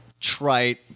trite